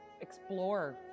explore